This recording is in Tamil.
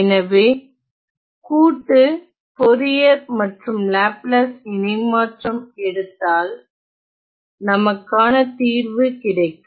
எனவே கூட்டு போரியர் மற்றும் லாப்லாஸ் இணைமாற்றம் எடுத்தால் நமக்கான தீர்வு கிடைக்கும்